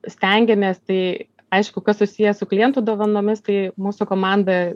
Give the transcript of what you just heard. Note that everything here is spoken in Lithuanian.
stengiamės tai aišku kas susiję su klientų dovanomis tai mūsų komanda